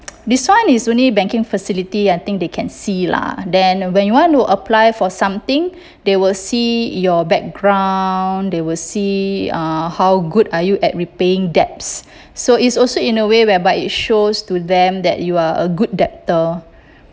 this [one] is only banking facility I think they can see lah then when you want to apply for something they will see your background they will see uh how good are you at repaying debts so is also in a way whereby it shows to them that you are a good debtor